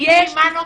תגידי מה נותנים.